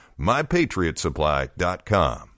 MyPatriotSupply.com